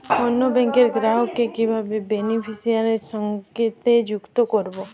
অন্য ব্যাংক র গ্রাহক কে কিভাবে বেনিফিসিয়ারি তে সংযুক্ত করবো?